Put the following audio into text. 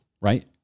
right